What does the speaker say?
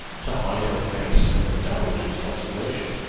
to hide her face from the dowager's observation.